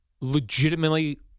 legitimately